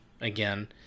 again